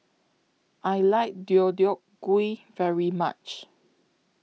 I like Deodeok Gui very much